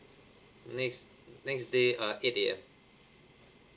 next next day uh eight A_M